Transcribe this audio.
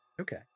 Okay